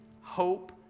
hope